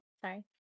sorry